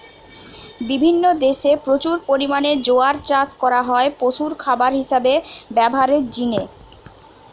বিভিন্ন দেশে প্রচুর পরিমাণে জোয়ার চাষ করা হয় পশুর খাবার হিসাবে ব্যভারের জিনে